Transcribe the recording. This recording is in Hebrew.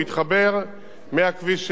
שיהיה משודרג וללא רמזורים.